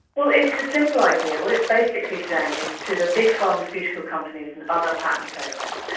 well it's a simple idea. what it's basically saying is to the big pharmaceutical companies and other patent owners,